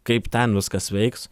kaip ten viskas veiks